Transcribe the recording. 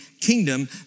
kingdom